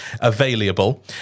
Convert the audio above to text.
available